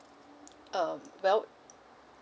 um well